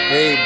Hey